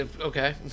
Okay